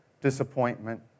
disappointment